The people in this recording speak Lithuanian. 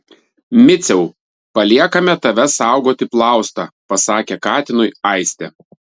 miciau paliekame tave saugoti plaustą pasakė katinui aistė